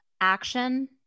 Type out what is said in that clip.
action